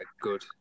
good